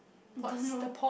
I don't know